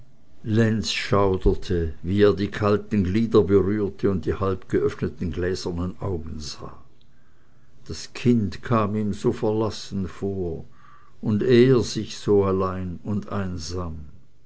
lenz schauderte wie er die kalten glieder berührte und die halbgeöffneten gläsernen augen sah das kind kam ihm so verlassen vor und er sich so allein und einsam